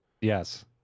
yes